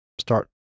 start